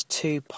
two